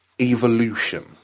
evolution